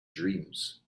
dreams